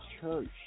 church